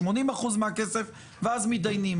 80% מהכסף ואז מתדיינים,